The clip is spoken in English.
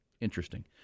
interesting